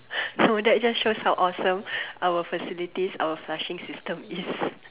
no that just shows how awesome our facilities our flushing system is